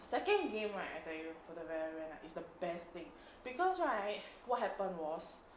second game right I tell you for the rare lah it's the best thing because right what happen was